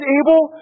able